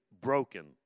broken